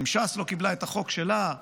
אם ש"ס לא קיבלה את החוק שלה,